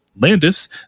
Landis